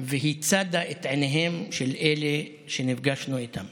והיא צדה את עיניהם של אלה שנפגשנו איתם.